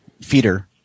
feeder